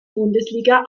bundesliga